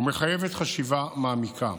ומחייבת חשיבה מעמיקה.